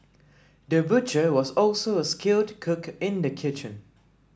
the butcher was also a skilled cook in the kitchen